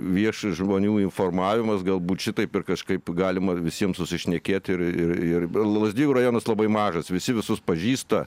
viešas žmonių informavimas galbūt šitaip ir kažkaip galima visiem susišnekėt ir ir ir lazdijų rajonas labai mažas visi visus pažįsta